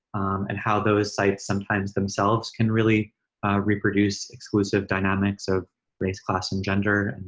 and how those sites sometimes themselves can really reproduce exclusive dynamics of race, class, and gender,